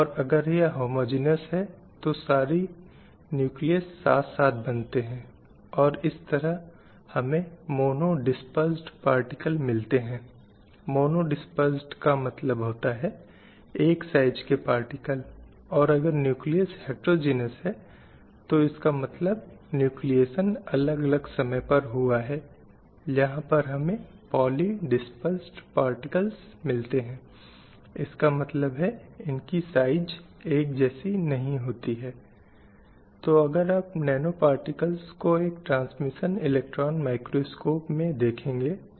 यदि हम इन सभी को देखें या इन में से कुछ को देखे कोई स्पष्ट रूप से समझ सकता है कि कहीं न कहीं पुरुष के लिए एक प्राथमिकता है महिला के ऊपर कि महत्व महिला के ऊपर बना हुआ है इसलिए बच्चे की एक सरल सी पसंद के संबंध में लड़की के ऊपर लड़के के लिए हमेशा एक प्राथमिकता होती है जैसा कि हमने पहले ही व्याख्यान में बताया था